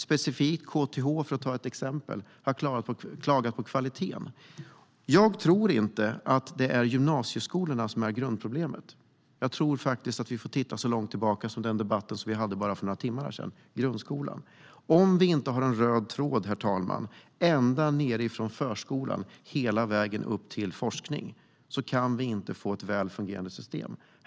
Specifikt KTH, för att ta ett exempel, har klagat på kvaliteten. Jag tror inte att det är gymnasieskolorna som är grundproblemet. Jag tror faktiskt att vi får titta så långt tillbaka som till det vi hade en debatt om för bara ett par timmar sedan, nämligen grundskolan. Om vi inte har en röd tråd ända nedifrån förskolan och hela vägen upp till forskningsnivån kan vi inte få ett väl fungerande system, herr talman.